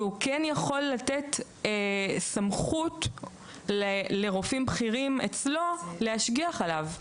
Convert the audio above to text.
והוא כן יכול לתת סמכות לרופאים בכירים אצלו להשגיח עליו,